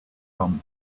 rum